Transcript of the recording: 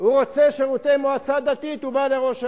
הוא רוצה שירותי מועצה דתית, הוא בא אל ראש העיר.